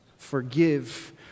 Forgive